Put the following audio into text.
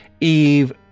Eve